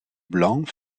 blanc